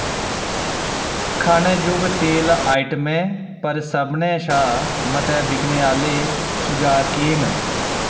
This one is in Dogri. खानेजोग तेल आइटमें पर सभनें शा मते बिकने आह्ले सुझाऽ केह् न